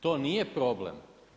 To nije problem.